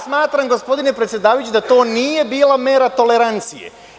Smatram, gospodine predsedavajući, da to nije bila mera tolerancije.